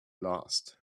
lost